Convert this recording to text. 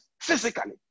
physically